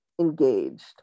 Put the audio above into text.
engaged